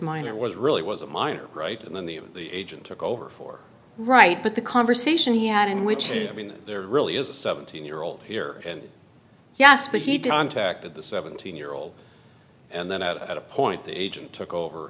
minor was really was a minor right and then the the agent took over for right but the conversation he had in which i mean there really is a seventeen year old here and yes but he don tacked at the seventeen year old and then at a point the agent took over